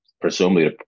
presumably